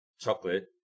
chocolate